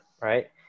Right